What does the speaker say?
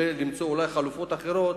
ולמצוא אולי חלופות אחרות.